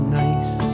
nice